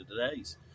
todays